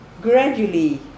Gradually